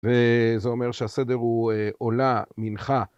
וזה אומר שהסדר הוא עולה, מנחה,